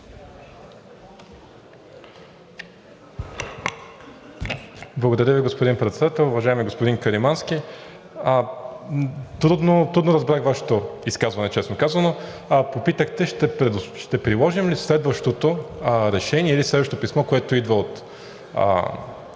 Благодаря Ви, господин Председател. Уважаеми господин Каримански, трудно разбрах Вашето изказване, честно казано. Попитахте: ще приложим ли следващото решение или следващото писмо, което идва от